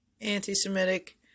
anti-Semitic